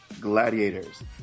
gladiators